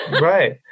right